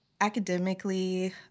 academically